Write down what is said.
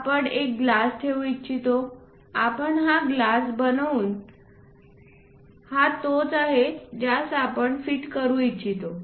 आपण एक ग्लास ठेवू इच्छितो आपण हा ग्लास बनवूया हा तोच आहे ज्यास आपण फिट करू इच्छितो